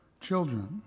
children